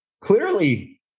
Clearly